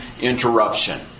interruption